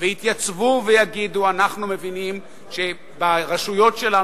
ויתייצבו ויגידו: אנחנו מבינים שברשויות שלנו,